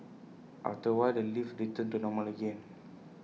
after A while the lift returned to normal again